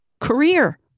career